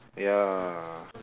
ya